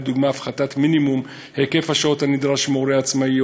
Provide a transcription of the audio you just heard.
לדוגמה הפחתת מספר השעות המינימלי הנדרש מהורה עצמאי,